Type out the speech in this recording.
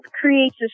creates